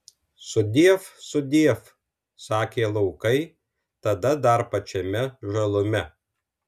sudiev sudiev sakė laukai tada dar pačiame žalume